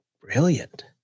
brilliant